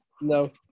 no